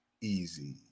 easy